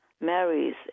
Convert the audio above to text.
marries